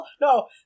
No